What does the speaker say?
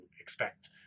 expect